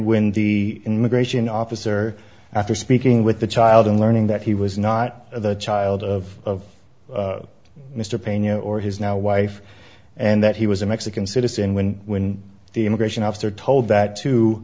when the immigration officer after speaking with the child in learning that he was not the child of mr pena or his now wife and that he was a mexican citizen when when the immigration officer told that to